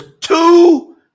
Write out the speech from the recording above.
two